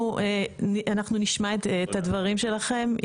אנחנו נשמע את הדברים שלכם.